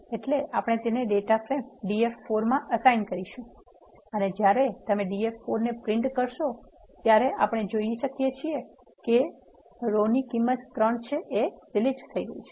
એટલે આપણે તેને ડેટા ફ્રેમ df4 માં એસાઇન કરશુ અને જ્યારે તમે df4 ને પ્રિન્ટ કરશો આપણે જોઇ શકિયે છીએ જે રો ની કિંમત ૩ છે તે ડિલીટ થઇ ગઇ છે